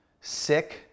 sick